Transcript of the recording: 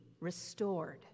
restored